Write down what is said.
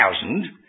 thousand